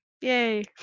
Yay